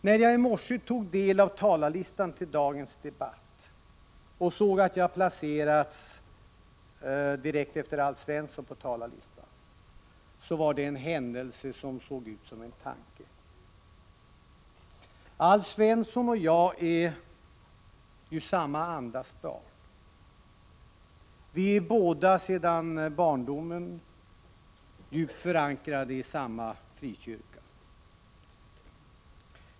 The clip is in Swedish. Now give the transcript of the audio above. När jag i morse tog del av talarlistan till dagens debatt och såg att jag placerats direkt efter Alf Svensson var det en händelse som såg ut som en tanke. Alf Svensson och jag är samma andas barn. Vi är båda sedan barndomen djupt förankrade i samma frikyrka.